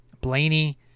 Blaney